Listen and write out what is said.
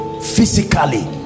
Physically